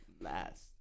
last